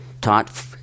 taught